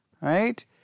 right